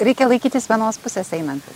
reikia laikytis vienos pusės einant